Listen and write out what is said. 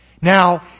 Now